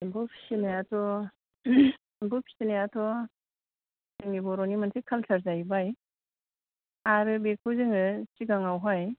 एम्फौ फिसिनायाथ' एम्फौ फिसिनायाथ' जोंनि बर'नि मोनसे काल्सार जाहैबाय आरो बेखौ जोङो सिगाङावहाय